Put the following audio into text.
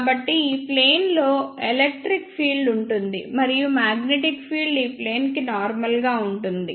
కాబట్టి ఈ ప్లేన్ లో ఎలక్ట్రిక్ ఫీల్డ్ ఉంటుంది మరియు మ్యాగ్నెటిక్ ఫీల్డ్ ఈ ప్లేన్ కి నార్మల్ గా ఉంటుంది